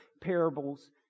parables